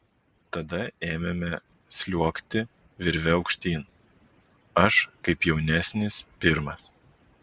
tada ėmėme sliuogti virve aukštyn aš kaip jaunesnis pirmas